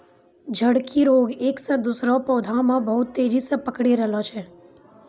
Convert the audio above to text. झड़की रोग एक से दुसरो पौधा मे बहुत तेजी से पकड़ी रहलो छै